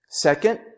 Second